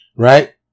Right